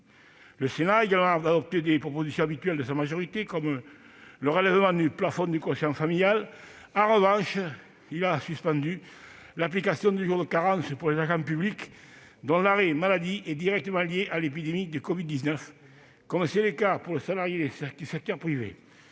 Le Sénat a également adopté certaines propositions habituelles de sa majorité, comme le relèvement du plafond du quotient familial. En revanche, il a suspendu l'application du jour de carence pour les agents publics dont l'arrêt maladie est directement lié à l'épidémie de covid-19, comme c'est le cas pour les salariés du secteur privé.